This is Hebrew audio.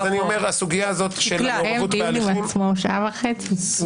עושה דיון עם עצמו שעה וחצי.